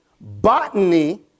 botany